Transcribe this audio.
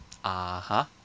(uh huh)